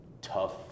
tough